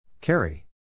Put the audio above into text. Carry